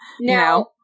no